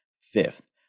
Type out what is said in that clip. fifth